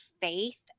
faith